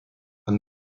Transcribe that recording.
kann